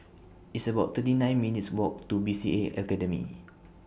It's about thirty nine minutes' Walk to B C A Academy